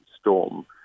storm